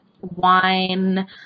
wine